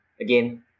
again